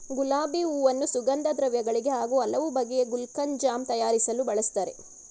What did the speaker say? ಗುಲಾಬಿ ಹೂವನ್ನು ಸುಗಂಧದ್ರವ್ಯ ಗಳಿಗೆ ಹಾಗೂ ಹಲವು ಬಗೆಯ ಗುಲ್ಕನ್, ಜಾಮ್ ತಯಾರಿಸಲು ಬಳ್ಸತ್ತರೆ